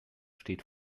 steht